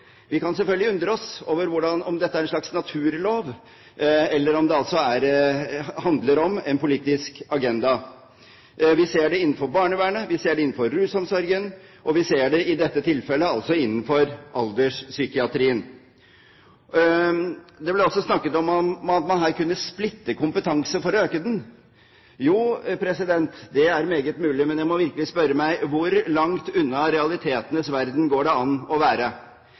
Vi kan selvfølgelig undre oss over om dette er en slags naturlov, eller om det handler om en politisk agenda. Vi ser det innenfor barnevernet, vi ser det innenfor rusomsorgen, og vi ser det altså i dette tilfellet innenfor alderspsykiatrien. Det ble også snakket om at man her kunne splitte kompetanse for å øke den. Jo, det er meget mulig, men jeg må virkelig spørre: Hvor langt unna realitetenes verden går det an å være?